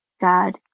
God